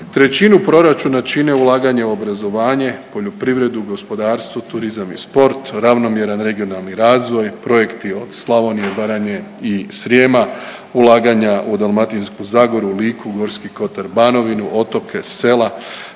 Trećinu proračuna čine ulaganje u obrazovanje, poljoprivredu, gospodarstvo, turizam i sport, ravnomjeran regionalni razvoj, projekti od Slavonije, Branje i Srijema, ulaganja u Dalmatinsku zagoru, Liku, Gorski kotar, Banovinu, otoke, sela,